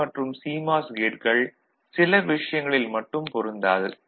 L மற்றும் CMOS கேட்கள் சில விஷயங்களில் மட்டும் பொருந்தாது